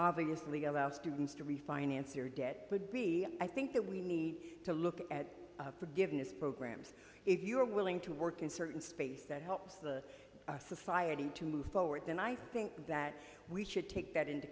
obviously allow students to refinance or debt would be i think that we need to look at forgiveness programs if you're willing to work in certain space that helps the society to move forward then i think that we should take that into